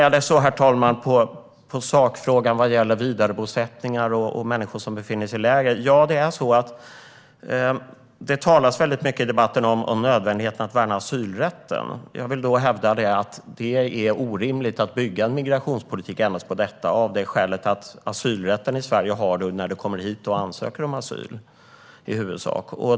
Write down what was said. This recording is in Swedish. Vad gäller sakfrågan om vidarebosättningar och människor som befinner sig i läger talas det mycket i debatten om nödvändigheten av att värna asylrätten. Jag vill hävda att det är orimligt att bygga en migrationspolitik endast på detta av det skälet att asylrätt i Sverige har man när man kommer hit och ansöker om asyl, i huvudsak.